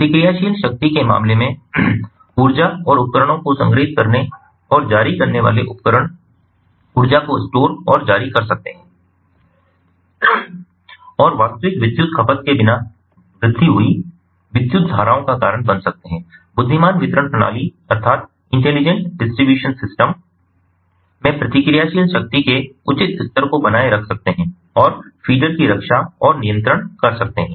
प्रतिक्रियाशील शक्ति के मामले में ऊर्जा और उपकरणों को संग्रहित करने और जारी करने वाले उपकरण ऊर्जा को स्टोर और जारी कर सकते हैं और वास्तविक विद्युत खपत के बिना वृद्धि हुई विद्युत धाराओं का कारण बन सकते हैं बुद्धिमान वितरण प्रणाली में प्रतिक्रियाशील शक्ति के उचित स्तर को बनाए रख सकते हैं और फीडर की रक्षा और नियंत्रण कर सकते हैं